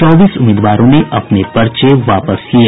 चौबीस उम्मीदवारों ने अपने पर्चे वापस लिये